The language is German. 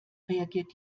reagiert